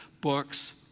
books